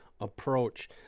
approach